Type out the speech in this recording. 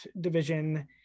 division